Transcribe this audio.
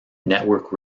network